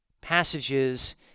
passages